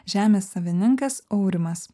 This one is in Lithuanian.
žemės savininkas aurimas